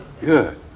Good